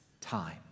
time